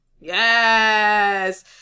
Yes